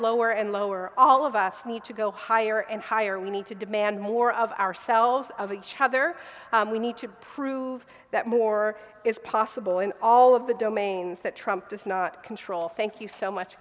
lower and lower all of us need to go higher and higher we need to demand more of ourselves of each other we need to prove that more is possible in all of the domains that trump does not control thank you so much